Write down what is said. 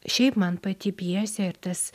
šiaip man pati pjesė ir tas